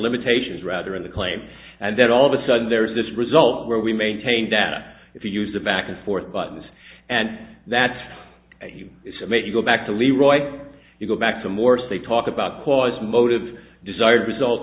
limitations are out there in the claim and then all of a sudden there is this result where we maintain data if you use the back and forth buttons and that's you it should make you go back to leroy you go back to morse they talk about cause motives desired result